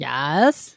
Yes